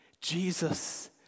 Jesus